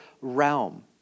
realm